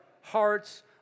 hearts